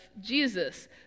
Jesus